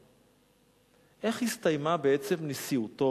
איך הסתיימה בעצם נשיאותו,